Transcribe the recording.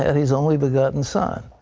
his only begotten son.